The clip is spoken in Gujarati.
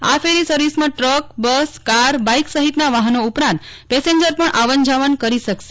આ ફેરી સર્વિસમાં ટ્રક બસ કાર બાઇક સહિતના વાહનો ઉપરાંત પેસેન્જર પણ આવન જાવન કરી શકશે